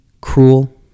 cruel